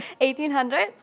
1800s